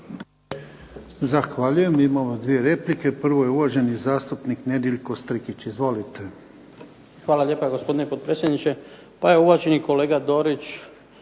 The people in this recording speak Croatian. Zahvaljujem. Imamo dvije replike. Prvo je uvaženi zastupnik Nedjeljko Strikić. Izvolite. **Strikić, Nedjeljko (HDZ)** Hvala lijepa, gospodine potpredsjedniče. Pa evo uvaženi kolega Dorić